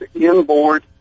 inboard